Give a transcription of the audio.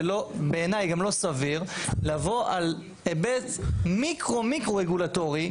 ובעיניי גם לא סביר לבוא על היבט מיקרו מיקרו רגולטורי,